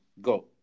go